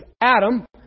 Adam